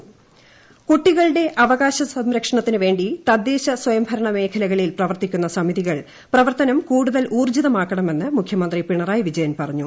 ട്ടടടടടടട ബാലാവകാശ കമ്മീഷൻ കുട്ടികളുടെ അവകാശ സംരക്ഷണത്തിനു വേണ്ടി തദ്ദേശ സ്വയംഭരണ മേഖലകളിൽ പ്രവർത്തിക്കുന്ന സമിതികൾ പ്രവർത്തനം കൂടുതൽ ഊർജ്ജിതമാക്കണമെന്ന് മുഖ്യമന്ത്രി പിണറായി വിജയൻ പറഞ്ഞു